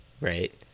right